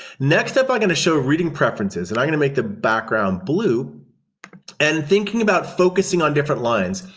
next up, i'm going to show reading preferences, and i'm going to make the background blue and thinking about focusing on different lines.